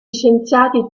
scienziati